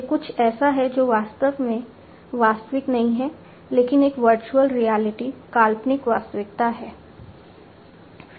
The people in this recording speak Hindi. यह कुछ ऐसा है जो वास्तव में वास्तविक नहीं है लेकिन एक वर्चुअल रियलिटी काल्पनिक वास्तविकता है